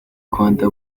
rwanda